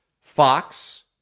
Fox